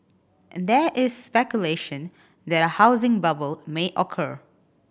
there is speculation that a housing bubble may occur